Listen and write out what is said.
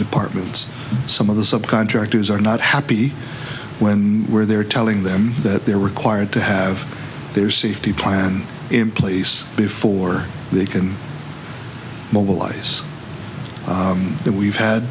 departments some of the subcontractors are not happy when and where they're telling them that they're required to have their safety plan in place before they can mobilize that we've had